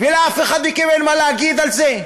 ולאף אחד מכם אין מה להגיד על זה?